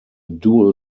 dual